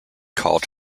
called